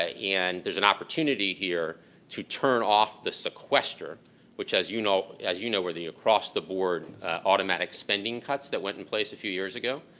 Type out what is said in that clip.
ah and there's an opportunity here to turn off the sequester which as you know as you know, where the across the board automatic spending cuts that went in place a few years ago.